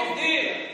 עובדים.